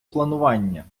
планування